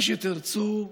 מה שתרצו,